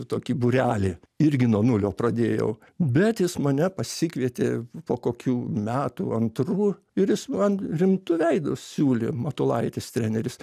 tokį būrelį irgi nuo nulio pradėjau bet jis mane pasikvietė po kokių metų antrų ir jis man rimtu veidu siūlė matulaitis treneris